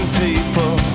people